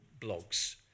blogs